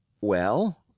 Well